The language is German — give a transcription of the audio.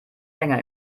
länger